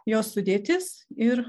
jos sudėtis ir